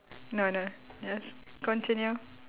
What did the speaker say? no I don't just continue